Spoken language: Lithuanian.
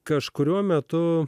kažkuriuo metu